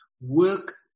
Work